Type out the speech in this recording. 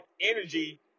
energy